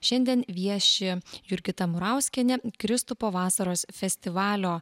šiandien vieši jurgita murauskienė kristupo vasaros festivalio